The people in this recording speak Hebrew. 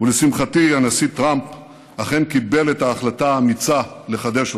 ולשמחתי הנשיא טראמפ אכן קיבל את ההחלטה האמיצה לחדש אותה.